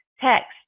text